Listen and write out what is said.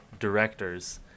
directors